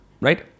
right